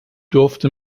durfte